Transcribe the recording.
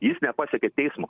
jis nepasiekė teismo